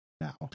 now